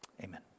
Amen